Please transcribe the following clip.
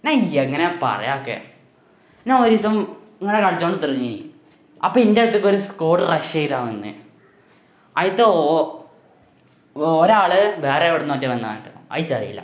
ഞാൻ എങ്ങനെയാ പറയുവൊക്കെ ഞാൻ ഒരു ദിവസം ഇങ്ങനെ കളിച്ചു കൊണ്ടിരിക്കണീ അപ്പെൻ്റെടുത്ത്ക്ക് ഒരു സ്കോഡ് റഷ് ചെയ്ത് വന്നേ ആദ്യത്തെ ഓ ഒരാൾ വേറെ എവിടുന്നൊക്കെയോ വന്നങ്ങാട്ട് എയ്ച്ചറിയില്ല